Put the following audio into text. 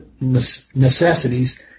necessities